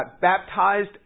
baptized